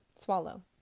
swallow